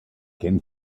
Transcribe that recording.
can